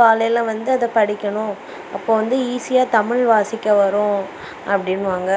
காலையில் வந்து அதை படிக்கணும் அப்போது வந்து ஈஸியாக தமிழ்வாசிக்க வரும் அப்படின்னுவாங்க